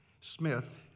Smith